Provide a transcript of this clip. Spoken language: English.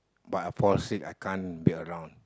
but I fall sick I can't be around